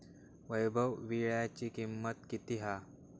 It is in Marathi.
वैभव वीळ्याची किंमत किती हा?